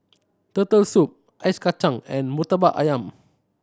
Turtle Soup Ice Kachang and Murtabak Ayam